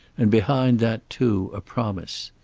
and behind that, too, a promise.